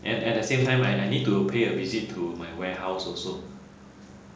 and at the same time I I need to pay a visit to my warehouse also